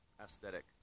aesthetic